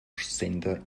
sender